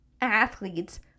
athletes